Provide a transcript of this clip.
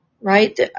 Right